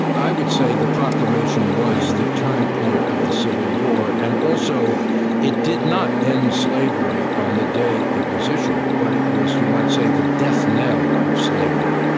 i would say the proclamation was the turning point of the civil war, and also it did not end slavery on the day it was issued, but it was, you might say, the death knell of slavery,